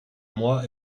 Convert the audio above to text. moi